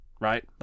right